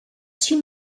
two